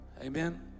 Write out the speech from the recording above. Amen